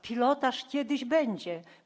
Pilotaż kiedyś będzie.